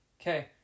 Okay